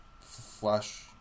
flash